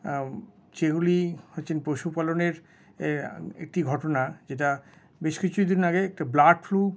যেগুলি একজন পশুপালনের একটি ঘটনা যেটা বেশ কিছুদিন আগে বার্ড ফ্লু